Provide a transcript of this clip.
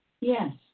Yes